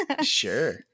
Sure